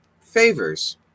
favors